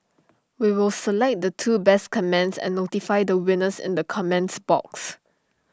we will select the two best comments and notify the winners in the comments box